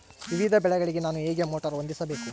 ವಿವಿಧ ಬೆಳೆಗಳಿಗೆ ನಾನು ಹೇಗೆ ಮೋಟಾರ್ ಹೊಂದಿಸಬೇಕು?